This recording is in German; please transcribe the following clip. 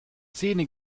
szene